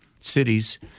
cities